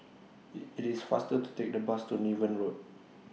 IT IT IS faster to Take The Bus to Niven Road